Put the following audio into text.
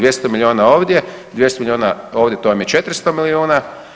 200 milijuna ovdje, 200 milijuna ovdje to vam je 400 milijuna.